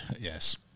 Yes